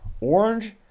Orange